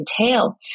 entail